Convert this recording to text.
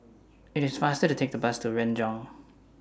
IT IS faster to Take The Bus to Renjong